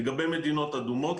לגבי מדינות אדומות,